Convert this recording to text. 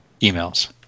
emails